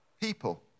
people